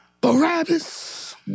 Barabbas